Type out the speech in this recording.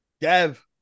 Dev